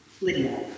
Lydia